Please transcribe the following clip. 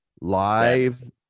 live